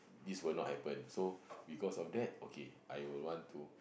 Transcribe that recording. this will not happen so because of that okay I will want to